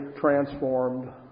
transformed